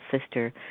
sister